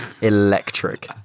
electric